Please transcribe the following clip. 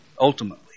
ultimately